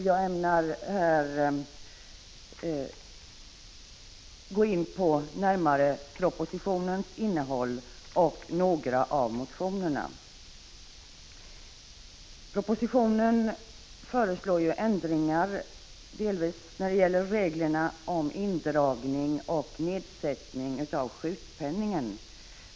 Jag ämnar närmare gå in på propositionens innehåll och några av motionerna. I propositionen föreslås ändringar när det gäller reglerna om indragning och nedsättning av sjukpenningen.